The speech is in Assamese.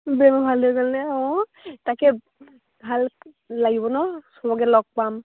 ব্ৰেইন ভাল হৈ গ'লনে অঁ তাকে ভাল লাগিব ন চবকে লগ পাম